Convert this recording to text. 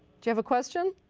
you have a question?